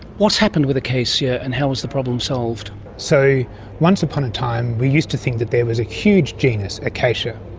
happened with acacia and how was the problem solved? so once upon a time we used to think that there was a huge genus acacia,